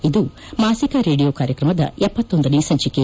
ಇದು ಮಾಸಿಕ ರೇಡಿಯೋ ಕಾರ್ಯಕ್ರಮದ ಗಾನೇ ಸಂಚಿಕೆ